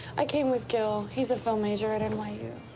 i came with gil. he's a film major at and like